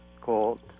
called